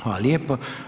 Hvala lijepo.